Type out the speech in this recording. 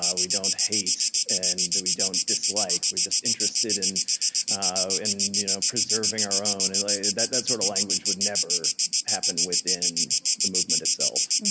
we don't hate, and we don't dislike we're just interested in in you know preserving our own. and like that that sort of language would never happen within the movement itself